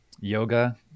yoga